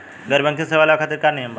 गैर बैंकिंग सेवा लेवे खातिर का नियम बा?